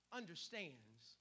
understands